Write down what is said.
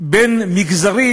בין מגזרים,